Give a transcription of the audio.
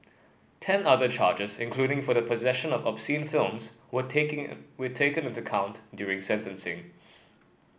ten other charges including for the possession of obscene films were taking were taken into account during sentencing